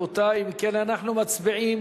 אם כן, אנחנו מצביעים